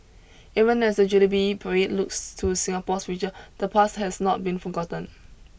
even as the jubilee parade looks to Singapore's future the past has not been forgotten